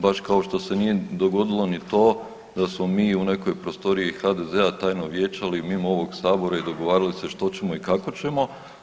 Baš kao što se nije dogodilo ni to da smo mi u nekoj prostoriji HDZ-a tajno vijećali mimo ovog Sabora i dogovarali se što ćemo i kako ćemo.